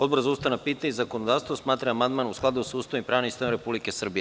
Odbor za ustavna pitanja i zakonodavstvo smatra da je amandman u skladu sa Ustavom i pravnim sistemom Republike Srbije.